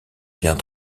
bien